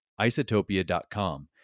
isotopia.com